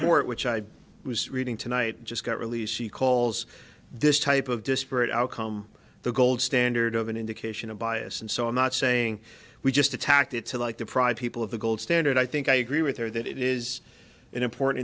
for it which i was reading tonight just got released she calls this type of disparate outcome the gold standard of an indication of bias and so i'm not saying we just attacked it to like deprive people of the gold standard i think i agree with her that it is an important